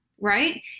right